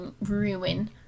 ruin